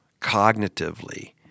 cognitively